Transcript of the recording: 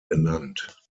genannt